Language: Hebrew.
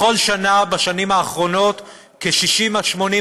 בכל שנה בשנים האחרונות כ-60,000 עד